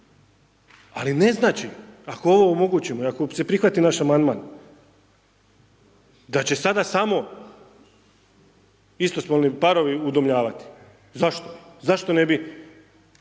ali ne znači, ako ovo omogućimo i ako se prihvati naš amandman, da će sada samo istospolni parovi udomljavati. Zašto? Zašto ne bi